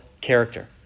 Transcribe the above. character